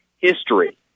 history